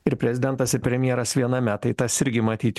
ir prezidentas premjeras viename tai tas irgi matyt